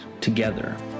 together